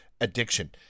addiction